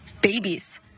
babies